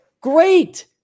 Great